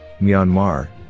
Myanmar